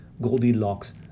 Goldilocks